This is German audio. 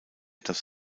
das